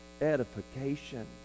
edification